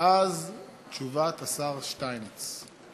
ואז תשובת השר שטייניץ.